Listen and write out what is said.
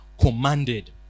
commanded